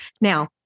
Now